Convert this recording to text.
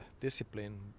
discipline